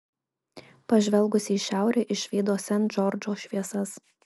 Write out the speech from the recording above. pažvelgusi į šiaurę išvydo sent džordžo šviesas